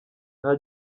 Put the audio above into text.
nta